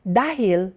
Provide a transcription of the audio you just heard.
dahil